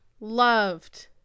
Loved